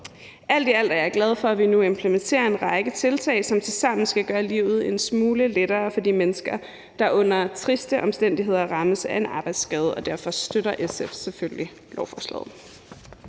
Alt i alt er jeg glad for, at vi nu implementerer en række tiltag, som tilsammen skal gøre livet en smule lettere for de mennesker, der under triste omstændigheder rammes af en arbejdsskade, og derfor støtter SF selvfølgelig lovforslaget.